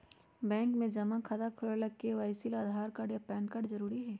bank में जमा खाता खुलावे ला के.वाइ.सी ला आधार कार्ड आ पैन कार्ड जरूरी हई